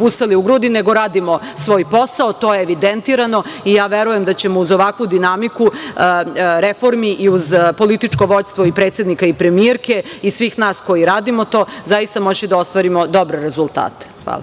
busali u grudi, nego radimo svoj posao. To je evidentirano i ja verujem da ćemo uz ovakvu dinamiku reformi i uz političko vođstvo i predsednika i premijerke i svih nas koji radimo to zaista moći da ostvarimo dobre rezultate. Hvala.